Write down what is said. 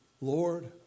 Lord